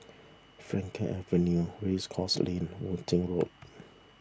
Frankel Avenue Race Course Lane Worthing Road